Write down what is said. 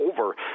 over